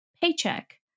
paycheck